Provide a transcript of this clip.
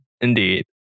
Indeed